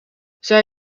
zij